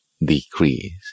decrease